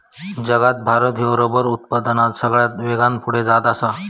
जगात भारत ह्यो रबर उत्पादनात सगळ्यात वेगान पुढे जात आसा